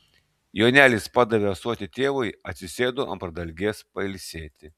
jonelis padavė ąsotį tėvui atsisėdo ant pradalgės pailsėti